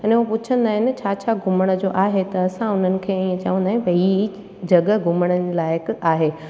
अने हो पुछंदा आहिनि छा छा घुमण जो आहे त असां उन्हनि खे ईअं चवंदा आहियूं भाई हीअ हीअ जॻह घुमण लाइक़ु आहे